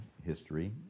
history